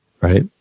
right